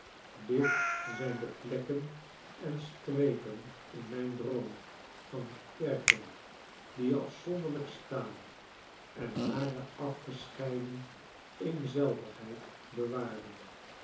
dit zijn de plekken en strepen in mijn droom van kerken die afzonderlijk staan en hare afgescheiden eenzelvigheid bewaren